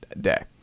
day